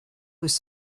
was